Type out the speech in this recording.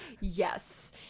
yes